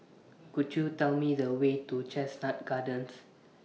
Could YOU Tell Me The Way to Chestnut Gardens